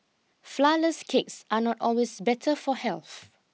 flourless cakes are not always better for health